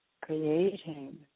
creating